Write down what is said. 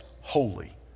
holy